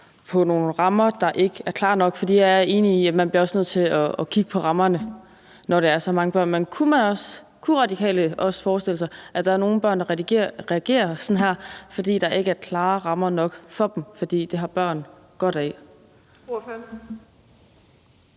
på nogle rammer, der ikke er klare nok? For jeg er enig i, at man også bliver nødt til at kigge på rammerne, når der er tale om så mange børn. Kunne Radikale også forestille sig, at der er nogle børn, der reagerer sådan her, fordi der ikke er klare rammer nok for dem? For sådan nogle har børn godt af.